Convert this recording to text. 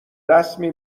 رسمی